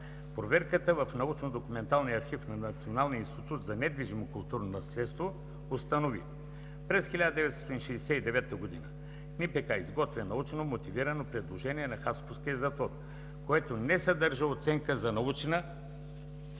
Проверката в научно документалния архив на Националния институт за недвижимо културно наследство установи: През 1969 г. НПК изготвя научно мотивирано предложение за Хасковския затвор, което не съдържа оценка за научна,